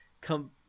come